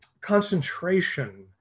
concentration